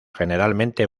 generalmente